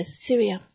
Syria